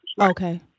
Okay